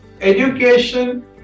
Education